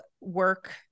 work